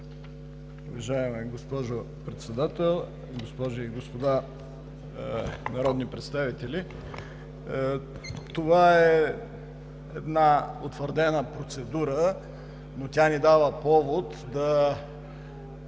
Уважаема госпожо Председател, госпожи и господа народни представители! Това е една утвърдена процедура, но тя ни дава повод да